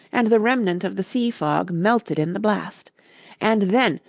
and the remnant of the sea-fog melted in the blast and then,